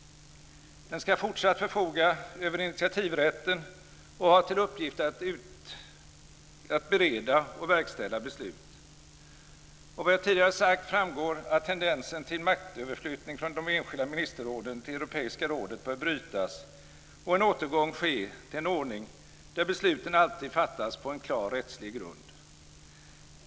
Den ska fortsatt förfoga över initiativrätten och ha till uppgift att bereda och verkställa beslut. Av vad jag tidigare sagt framgår att tendensen till maktöverflyttning från de enskilda ministerråden till Europeiska rådet bör brytas och en återgång ske till en ordning där besluten alltid fattas på en klar rättslig grund.